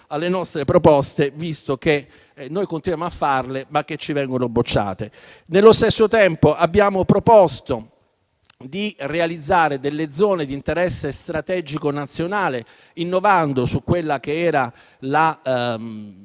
alle nostre proposte, visto che noi continuiamo a farle, ma ci vengono bocciate. Nello stesso tempo abbiamo proposto di realizzare delle zone di interesse strategico nazionale, innovando sulla produzione